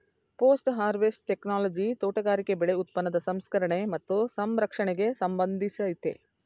post harvest technology ತೋಟಗಾರಿಕೆ ಬೆಳೆ ಉತ್ಪನ್ನದ ಸಂಸ್ಕರಣೆ ಮತ್ತು ಸಂರಕ್ಷಣೆಗೆ ಸಂಬಂಧಿಸಯ್ತೆ